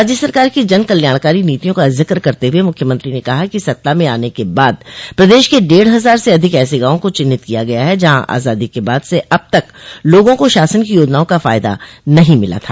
राज्य सरकार की जन कल्याणकारी नीतियों का जिक्र करते हुए मुख्यमंत्री ने कहा कि सत्ता में आने के बाद प्रदेश के डेढ़ हज़ार से अधिक ऐसे गांवों को चिन्हित किया गया है जहां आजादी के बाद से अब तक लोगों को शासन की योजनाओं का फायदा नहीं मिला था